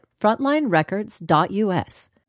FrontlineRecords.us